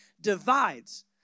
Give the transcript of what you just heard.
divides